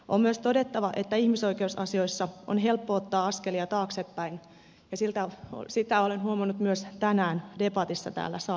on myös todettava että ihmisoikeusasioissa on helppo ottaa askelia taaksepäin ja sitä olen huomannut myös tänään debatissa täällä salissa